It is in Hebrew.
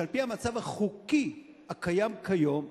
שעל-פי המצב החוקי הקיים כיום,